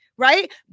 right